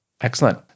Excellent